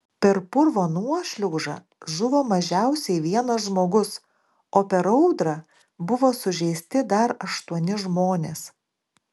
per purvo nuošliaužą žuvo mažiausiai vienas žmogus o per audrą buvo sužeisti dar aštuoni žmonės